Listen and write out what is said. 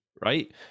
right